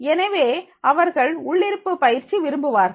எனவே அவர்கள் உள்ளிருப்பு பயிற்சி விரும்புகிறார்கள்